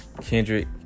Kendrick